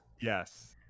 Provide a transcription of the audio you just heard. Yes